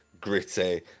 gritty